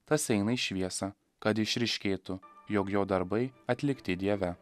tas eina į šviesą kad išryškėtų jog jo darbai atlikti dieve